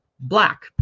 black